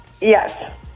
Yes